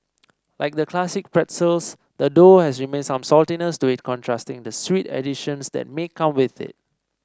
like the classic pretzels the dough has remain some saltiness to it contrasting the sweet additions that may come with it